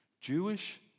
Jewish